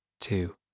two